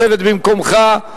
לשבת במקומך,